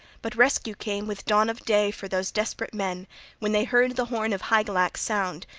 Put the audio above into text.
but rescue came with dawn of day for those desperate men when they heard the horn of hygelac sound,